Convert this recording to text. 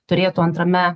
turėtų antrame